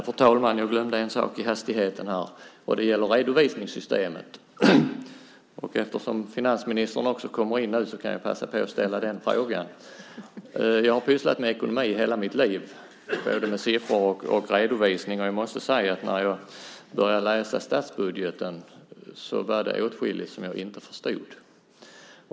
Fru talman! Jag glömde en sak i hastigheten. Det gäller redovisningssystemet, och eftersom nu också finansministern kommer in i plenisalen vill jag passa på att ta upp den frågan. Jag har sysslat med ekonomi, siffror och redovisning hela mitt liv, men jag måste säga att när jag började läsa statsbudgeten var det åtskilligt jag inte förstod.